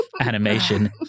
animation